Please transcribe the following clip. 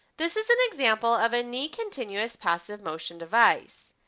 this is an example of a knee continuous passive motion device.